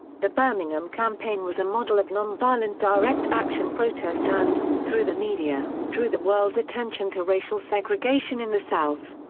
the birmingham campaign was a model of nonviolent direct action protest and, through the media, drew the world's attention to racial segregation in the south.